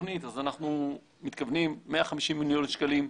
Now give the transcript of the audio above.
התוכנית אז אנחנו מתכוונים 150 מיליון שקלים,